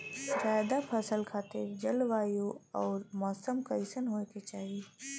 जायद फसल खातिर जलवायु अउर मौसम कइसन होवे के चाही?